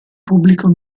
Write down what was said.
pubblico